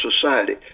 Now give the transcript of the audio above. society